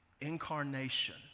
incarnation